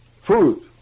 Food